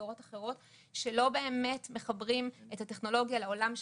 במסגרות אחרות שלא באמת מחברים בהן את הטכנולוגיה לעולם שלהן,